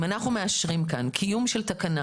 אם אנחנו מאשרים כאן קיום של תקנה